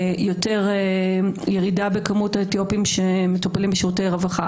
יותר ירידה בכמות האתיופים שמטופלים בשירותי רווחה,